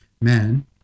men